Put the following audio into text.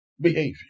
behavior